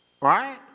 Right